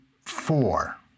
four